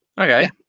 Okay